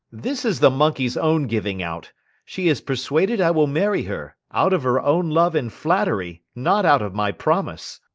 this is the monkey's own giving out she is persuaded i will marry her, out of her own love and flattery, not out of my promise.